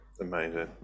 Amazing